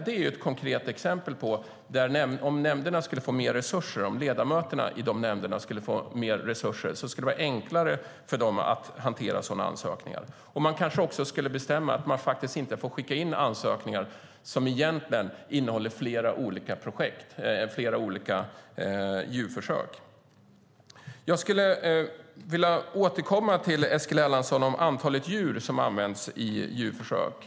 Det är ett konkret exempel på att om ledamöterna i nämnderna skulle få mer resurser skulle det vara enklare för dem att hantera sådana ansökningar. Man kanske också skulle bestämma att varje ansökan inte får omfatta flera olika djurförsök. Jag vill återkomma till Eskil Erlandsson om antalet djur som används i djurförsök.